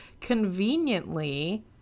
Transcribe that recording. conveniently